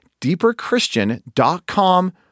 deeperchristian.com